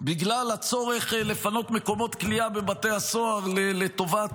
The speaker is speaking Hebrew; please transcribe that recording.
בגלל הצורך לפנות מקומות כליאה בבתי הסוהר לטובת